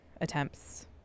attempts